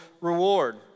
reward